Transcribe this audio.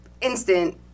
instant